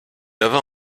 avait